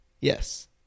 Yes